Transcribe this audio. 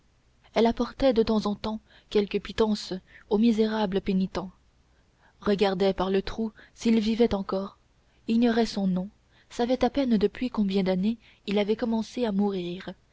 elle apportait de temps en temps quelque pitance au misérable pénitent regardait par le trou s'il vivait encore ignorait son nom savait à peine depuis combien d'années il avait commencé à mourir